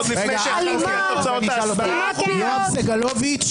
הדברים שעלו בדיוני הוועדה בימים האחרונים,